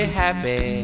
happy